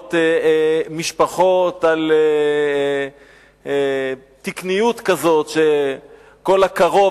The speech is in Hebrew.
פועלות משפחות על תקניות כזאת שכל הקרוב,